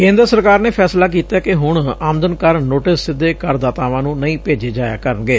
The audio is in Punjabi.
ਕੇਂਦਰ ਸਰਕਾਰ ਨੇ ਫੈਸਲਾ ਕੀਤੈ ਕਿ ਹੁਣ ਆਮਦਨ ਕਰ ਨੋਟਿਸ ਸਿੱਧੇ ਕਰਦਾਤਾਵਾਂ ਨੂੰ ਨਹੀਂ ਭੇਜੇ ਜਾਇਆ ਕਰਨਗੇ